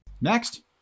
Next